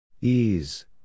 Ease